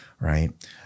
right